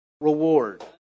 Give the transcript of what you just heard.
reward